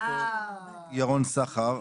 ד"ר ירון סחר.